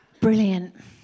Brilliant